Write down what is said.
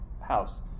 house